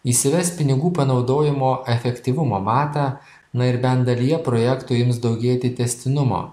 įsives pinigų panaudojimo efektyvumo matą na ir bent dalyje projektų ims daugėti tęstinumo